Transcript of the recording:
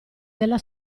della